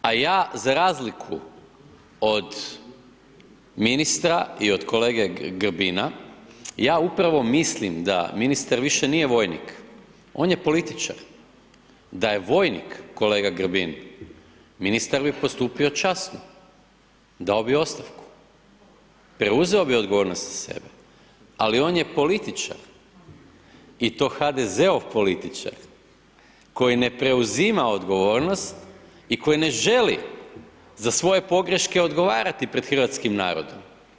A ja za razliku od ministra i od kolege Grbina, ja upravo mislim da ministar više nije vojnik, on je političar, da je vojnik, kolega Grbin, ministar bi postupio časno, dao bi ostavku, preuzeo bi odgovornost na sebe, ali on je političar i to HDZ-ov političar koji ne preuzima odgovornost i koji ne želi za svoje pogreške odgovarati pred hrvatskim narodom.